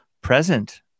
present